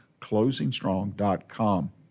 Closingstrong.com